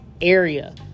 area